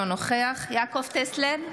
אינו נוכח יעקב טסלר,